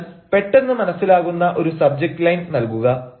അതിനാൽ പെട്ടെന്ന് മനസ്സിലാകുന്ന ഒരു സബ്ജക്റ്റ് ലൈൻ നൽകുക